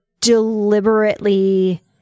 deliberately